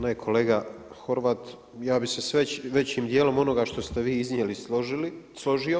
Ne, kolega Horvat, ja bih se s većim dijelom onoga što ste vi iznijeli složio.